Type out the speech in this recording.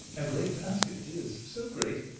a great basket it is, so great,